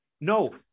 No